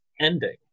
ending